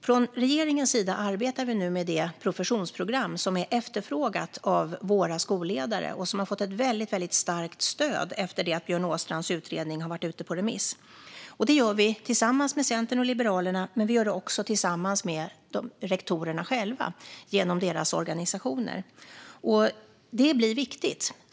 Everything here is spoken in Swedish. Från regeringens sida arbetar vi nu med det professionsprogram som är efterfrågat av våra skolledare och som har fått ett väldigt starkt stöd efter det att Björn Åstrands utredning har varit ute på remiss. Det gör vi tillsammans med Centerpartiet och Liberalerna, men vi gör det också tillsammans med rektorerna själva genom deras organisationer. Det är ett viktigt arbete.